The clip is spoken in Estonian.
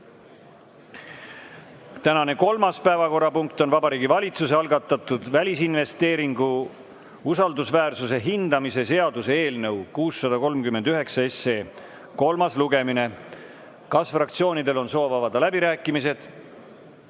Tänane kolmas päevakorrapunkt on Vabariigi Valitsuse algatatud välisinvesteeringu usaldusväärsuse hindamise seaduse eelnõu 639 kolmas lugemine. Kas fraktsioonidel on soov avada läbirääkimised?